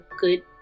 good